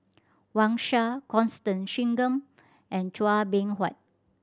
Wang Sha Constance Singam and Chua Beng Huat